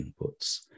inputs